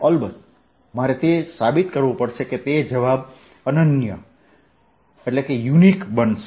અલબત્ત મારે તે સાબિત કરવું પડશે કે તે જવાબ અનન્ય બનશે